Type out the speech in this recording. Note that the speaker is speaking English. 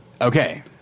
Okay